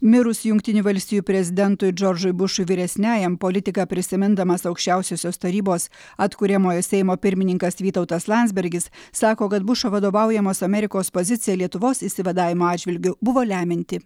mirus jungtinių valstijų prezidentui džordžui bušui vyresniajam politiką prisimindamas aukščiausiosios tarybos atkuriamojo seimo pirmininkas vytautas landsbergis sako kad bušo vadovaujamos amerikos pozicija lietuvos išsivadavimo atžvilgiu buvo lemianti